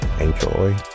Enjoy